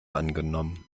angenommen